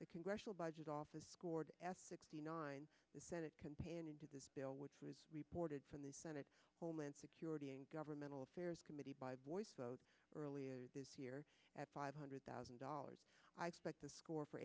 the congressional budget office scored nine the senate can pay into the bill which was reported from the senate homeland security and governmental affairs committee by voice earlier this year at five hundred thousand dollars i suspect the score for